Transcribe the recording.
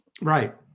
Right